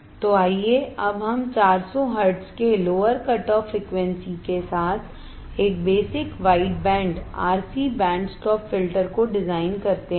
तो आइए अब हम 400 हर्ट्ज के लोअर कटऑफ फ्रीक्वेंसी के साथ एक basic wide band RC band stop filter को डिजाइन करते हैं